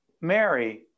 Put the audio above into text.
Mary